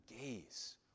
gaze